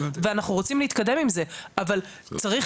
ואנחנו רוצים להתקדם עם זה אבל צריך